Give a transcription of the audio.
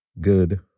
good